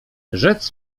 rzec